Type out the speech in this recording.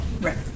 Right